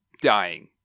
dying